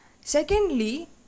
Secondly